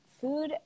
food